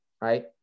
right